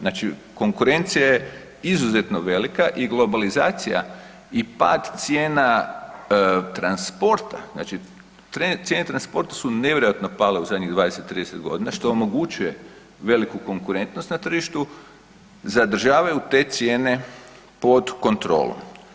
Znači konkurencija je izuzetno velika i globalizacija i pad cijena transporta, znači cijene transporta su nevjerojatno pale u zadnjih 20, 30 godina što omogućuje veliku konkurentnost na tržištu, zadržavaju te cijene pod kontrolom.